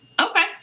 Okay